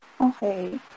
okay